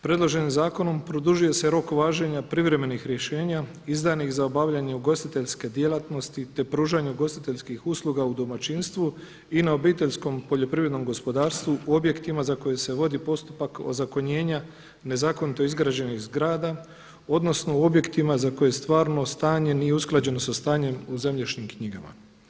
Predloženim zakonom produžuje se rok važenja privremenih rješenja izdanih za obavljanje ugostiteljske djelatnosti te pružanju ugostiteljskih usluga u domaćinstvu i na obiteljskom poljoprivrednom gospodarstvu u objektima za koje se vodi postupak ozakonjenja nezakonito izgrađenih zgrada odnosno u objektima za koje stvarno stanje nije usklađeno sa stanjem u zemljišnim knjigama.